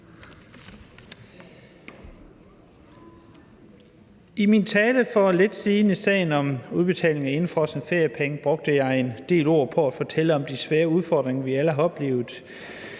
I min tale for lidt siden i sagen om udbetaling af indefrosne feriepenge brugte jeg en del ord på at fortælle om de svære udfordringer, vi alle har oplevet,